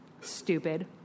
Stupid